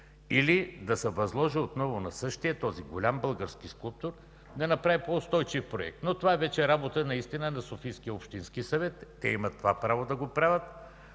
или да се възложи отново на същия този голям български скулптор да направи по-устойчив проект. Но това вече е работа на Софийския общински съвет. Те имат това право. Прекрасно